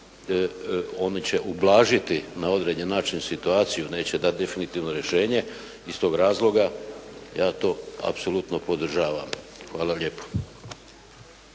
oni će ublažiti na određeni način situaciju, neće dati definitivno rješenje. Iz toga razloga ja to apsolutno podržavam. Hvala lijepo.